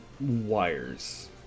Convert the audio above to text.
wires